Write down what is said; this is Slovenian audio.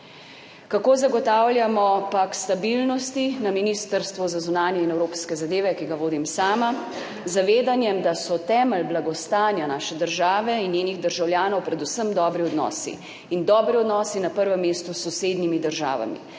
Kako zagotavljamo Pakt stabilnosti na Ministrstvu za zunanje in evropske zadeve, ki ga vodim sama? Z zavedanjem, da so temelj blagostanja naše države in njenih državljanov predvsem dobri odnosi in dobri odnosi na prvem mestu s sosednjimi državami.